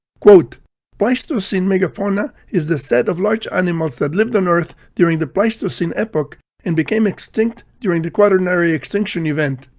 quote pleistocene megafauna is the set of large animals that lived on earth during the pleistocene epoch and became extinct during the quaternary extinction event.